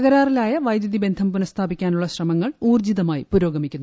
തകരിലാറിയ വൈദ്യുതി ബന്ധം പുനസ്ഥാപിക്കാൻ ശ്രമങ്ങൾ ഊർജ്ജിതമായി പുരോഗമിക്കുന്നു